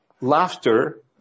laughter